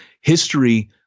History